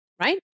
right